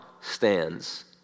stands